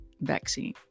vaccine